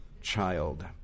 child